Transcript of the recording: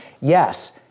Yes